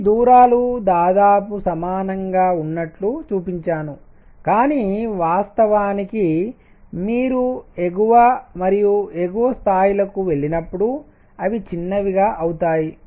ఈ దూరాలు దాదాపు సమానంగా ఉన్నట్లు చూపించాను కానీ వాస్తవానికి మీరు ఎగువ మరియు ఎగువ స్థాయిలకి వెళ్ళినప్పుడు అవి చిన్నవిగా అవుతాయి